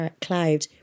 cloud